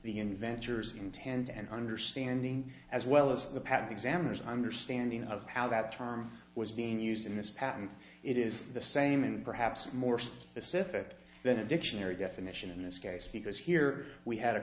the inventors intent and understanding as well as the patent examiners understanding of how that term was being used in this patent it is the same and perhaps more so pacific than a dictionary definition in this case because here we had a